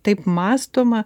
taip mąstoma